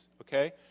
okay